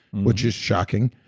which is shocking,